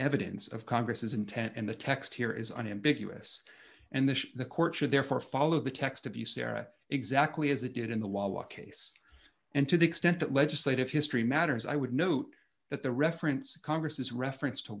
evidence of congress intent and the text here is unambiguous and this the court should therefore follow the text of userra exactly as it did in the law case and to the extent that legislative history matters i would note that the reference congress